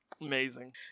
Amazing